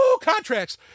contracts